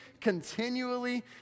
continually